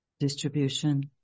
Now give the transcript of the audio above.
distribution